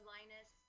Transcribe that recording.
Linus